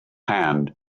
hand